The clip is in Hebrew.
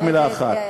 רק מילה אחת.